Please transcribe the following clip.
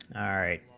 i